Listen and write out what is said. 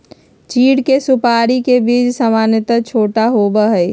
चीड़ के सुपाड़ी के बीज सामन्यतः छोटा होबा हई